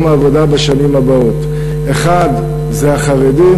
העבודה בשנים הבאות: האחת היא החרדים,